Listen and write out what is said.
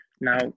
Now